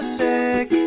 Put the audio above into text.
sick